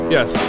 Yes